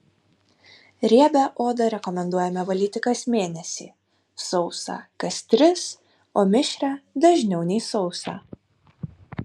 riebią odą rekomenduojame valyti kas mėnesį sausą kas tris o mišrią dažniau nei sausą